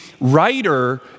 writer